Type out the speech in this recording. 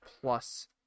plus